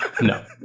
No